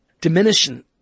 diminution